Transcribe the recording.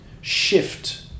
Shift